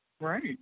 Right